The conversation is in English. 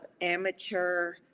amateur